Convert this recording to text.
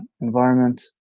environment